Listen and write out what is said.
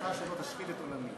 תן דעתך שלא תשחית את עולמי.